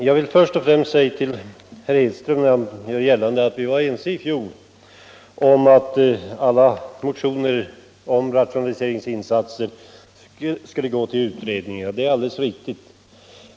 Fru talman! Herr Hedström gör gällande att vi i fjol var ense om att alla motioner om rationaliseringsinsatser skulle gå till utredningen. Det är alldeles riktigt.